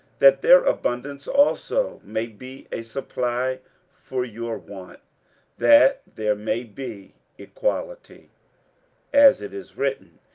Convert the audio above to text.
that their abundance also may be a supply for your want that there may be equality as it is written,